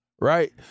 right